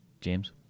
James